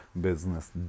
business